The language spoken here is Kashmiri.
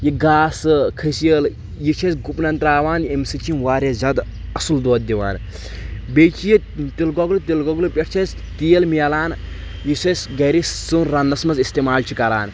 یہِ گاسہٕ کھٔسیٖل یہِ چھِ أسۍ گُپنن تراوان ییٚمہِ سۭتۍ چھِ یِم واریاہ زیادٕ اصل دۄد دِوان بیٚیہِ چھِ یہِ تِلہٕ گۄگُل تِلہٕ گۄگلہٕ پؠٹھ چھِ أسۍ تیٖل مِلان یُس أسۍ گرِ سِیُن رَنٛنَس منٛز اِستعمال چھِ کران